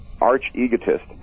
arch-egotist